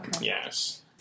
Yes